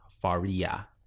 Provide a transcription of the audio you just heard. Faria